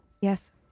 Yes